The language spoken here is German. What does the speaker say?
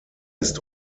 ist